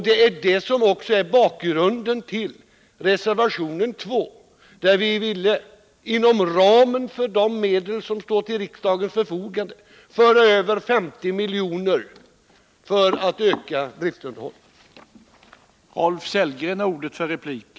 Det är också det som är bakgrunden till reservation 2, där vi vill, inom ramen för de medel som står till riksdagens förfogande, föra över 50 milj.kr. för att öka driftunderhållet.